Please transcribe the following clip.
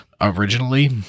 originally